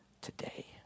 today